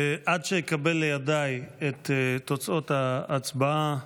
עד שאקבל לידיי את תוצאות ההצבעה,